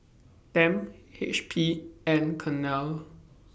Tempt HP and Cornell